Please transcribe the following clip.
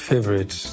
Favorite